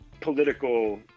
political